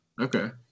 Okay